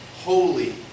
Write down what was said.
holy